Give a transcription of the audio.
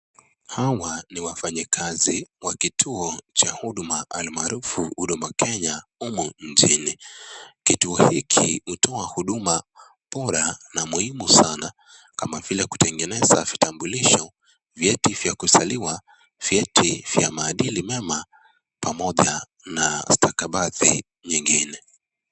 Hawa ni wafanyi kazi wa kituo cha huduma, almaarufu huduma Kenya humu nchini. Kituo hiki hutuo huduma bora na muhimu sana. Kama vile kutengeneza vitambulisho, vyeti vya kuzaliwa, vyeti vya maadili mema pamoja na stakabadhi nyingine.